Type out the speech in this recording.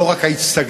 לא רק האצטגנינים,